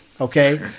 okay